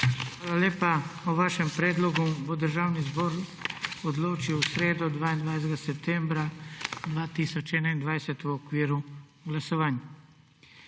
lepa. O vašem predlogu bo Državni zbor odločil v sredo, 22. septembra 2021, v okviru glasovanj.